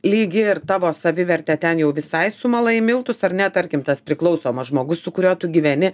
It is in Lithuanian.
lygi ir tavo savivertę ten jau visai sumala į miltus ar ne tarkim tas priklausomas žmogus su kuriuo tu gyveni